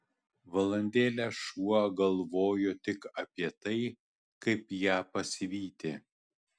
valandėlę šuo galvojo tik apie tai kaip ją pasivyti